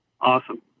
Awesome